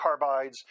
carbides